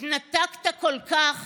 התנתקת כל כך,